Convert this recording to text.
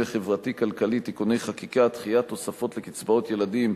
החברתי-כלכלי (תיקוני חקיקה) (דחיית תוספות לקצבאות ילדים),